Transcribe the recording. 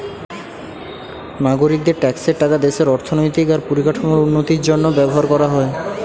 নাগরিকদের ট্যাক্সের টাকা দেশের অর্থনৈতিক আর পরিকাঠামোর উন্নতির জন্য ব্যবহার কোরা হয়